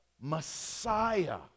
Messiah